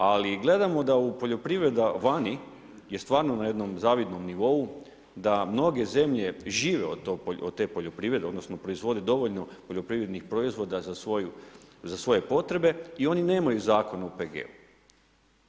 Ali, gledamo da poljoprivreda vani je stvarno na jednom zavidnom nivou, da mnoge zemlje žive od te poljoprivrede, odnosno, proizvode dovoljno poljoprivrednih proizvoda za svoje potrebe i oni nemaju Zakon o OPG-u.